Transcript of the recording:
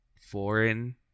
foreign